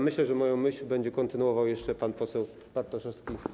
Myślę, że moją myśl będzie kontynuował pan poseł Bartoszewski.